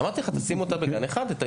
אמרתי לך, שים את האישור בגן אחד.